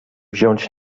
wziąć